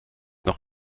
noch